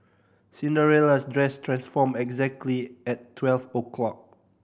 Cinderella's dress transformed exactly at twelve o' clock